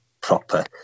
proper